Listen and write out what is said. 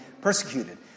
persecuted